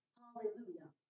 hallelujah